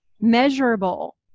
measurable